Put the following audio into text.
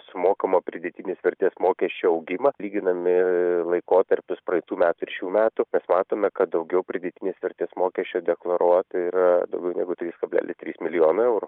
sumokamo pridėtinės vertės mokesčio augimą lyginadami laikotarpius praeitų metų ir šių metų mes matome kad daugiau pridėtinės vertės mokesčio deklaruota yra daugiau negu trys kablelis trys milijonai eurų